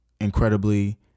incredibly